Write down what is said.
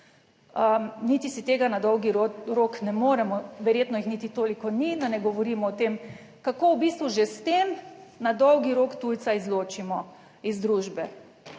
Niti si tega na dolgi rok ne moremo, verjetno jih niti toliko ni, da ne govorimo o tem, kako v bistvu že s tem na dolgi rok tujca izločimo iz družbe.